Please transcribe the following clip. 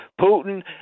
Putin